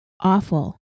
awful